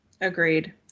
Agreed